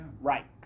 right